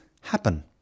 happen